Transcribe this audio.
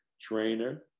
trainer